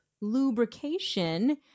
lubrication